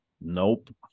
Nope